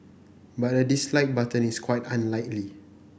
but a dislike button is quite unlikely